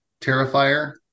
terrifier